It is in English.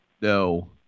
No